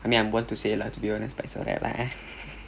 I mean I'm one to say lah to be honest but it's alright lah eh